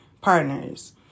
Partners